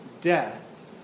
Death